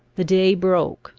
the day broke,